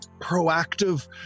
proactive